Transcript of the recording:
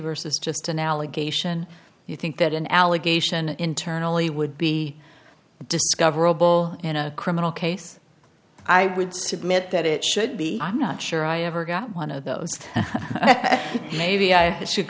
versus just an allegation you think that an allegation internally would be discoverable in a criminal case i would submit that it should be i'm not sure i ever got one of those maybe i should